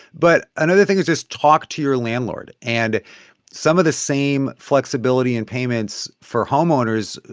but another thing is just talk to your landlord. and some of the same flexibility in payments for homeowners,